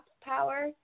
power